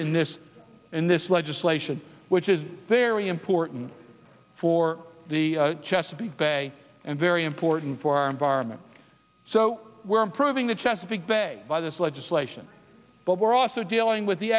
in this in this legislation which is very important for the chesapeake bay and very important for our environment so we're improving the chesapeake bay by this legislation but we're also dealing with the